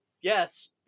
Yes